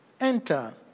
Enter